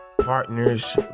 partners